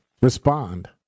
respond